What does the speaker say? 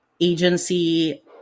agency